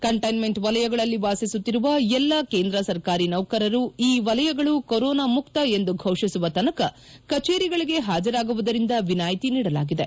containment ವಲಯಗಳಲ್ಲಿ ವಾಸಿಸುತ್ತಿರುವ ಎಲ್ಲಾ ಕೇಂದ್ರ ಸರ್ಕಾರಿ ನೌಕರರು ಈ ವಲಯಗಳು ಕೊರೊನಾ ಮುಕ್ತ ಎಂದು ಘೋಷಿಸುವ ತನಕ ಕಚೇರಿಗಳಿಗೆ ಹಾಜರಾಗುವುದರಿಂದ ವಿನಾಯಿತಿ ನೀಡಲಾಗಿದೆ